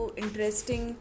interesting